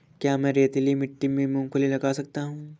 क्या मैं रेतीली मिट्टी में मूँगफली लगा सकता हूँ?